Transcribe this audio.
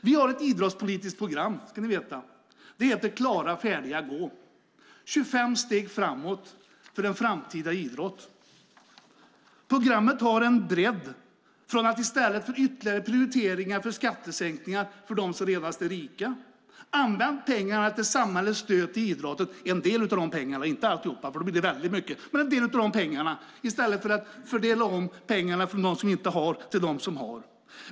Vi har ett idrottspolitiskt program som heter Klara-färdiga-gå! 25 steg framåt för idrotten. Programmet har en bredd. I stället för att ytterligare prioritera skattesänkningar för de redan rikaste rika, använd en del av pengarna till stöd för idrotten. Använd inte allihop, för då blir det väldigt mycket. Men gör det i stället för att fördela om pengarna från dem som inte har till dem som har.